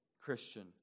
Christian